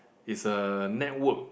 it's a network